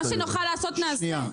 מה שנוכל לעשות נעשה.